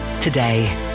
today